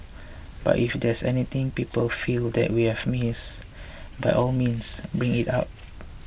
but if there's anything people feel that we've missed by all means bring it up